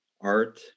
Art